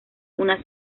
una